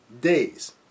days